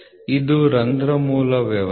ಇದು ರಂಧ್ರ ಮೂಲ ವ್ಯವಸ್ಥೆ